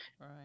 Right